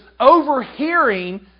overhearing